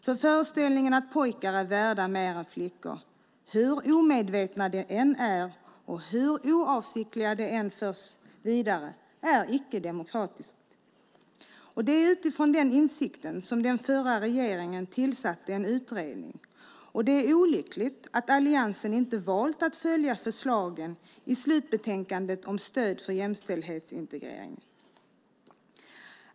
Föreställningen att pojkar är mer värda än flickor, hur omedveten den än är och hur oavsiktligt den än förs vidare, är nämligen icke-demokratisk. Det är utifrån den insikten som den förra regeringen tillsatte en utredning, och det är olyckligt att alliansen inte har valt att följa förslagen i slutbetänkandet om stöd till jämställdhetsintegrering.